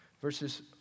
verses